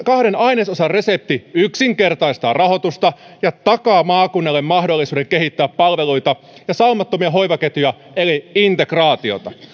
kahden ainesosan resepti yksinkertaistaa rahoitusta ja takaa maakunnille mahdollisuuden kehittää palveluita ja saumattomia hoivaketjuja eli integraatiota